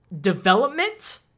development